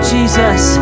Jesus